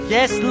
Yes